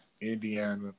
Indiana